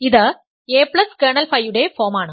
ഇത് a kernel ഫൈയുടെ ഫോമാണ്